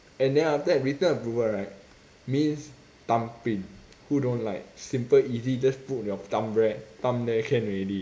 and then after that written approval right means thumbprint who don't like simple easy just put your thumb there thumb there can already